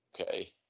okay